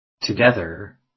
Together